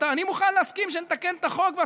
אני מוכן להסכים שנתקן את החוק.